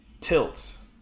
tilts